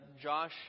Josh